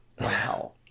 Wow